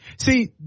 See